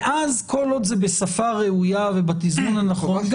ואז כל עוד זה בשפה ראויה ובתזמון הנכון,